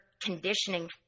conditioning